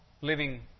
living